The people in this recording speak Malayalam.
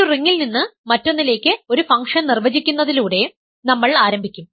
ഒരു റിംഗിൽ നിന്ന് മറ്റൊന്നിലേക്ക് ഒരു ഫംഗ്ഷൻ നിർവചിക്കുന്നതിലൂടെ നമ്മൾ ആരംഭിക്കും